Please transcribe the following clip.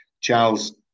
Charles